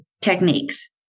techniques